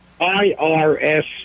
IRS